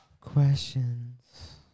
questions